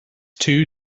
two